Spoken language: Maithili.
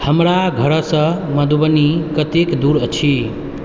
हमरा घरसँ मधुबनी कतेक दूर अछि